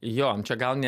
jo čia gal ne